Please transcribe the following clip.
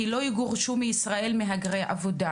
כי לא יגורשו מישראל מהגרי עבודה,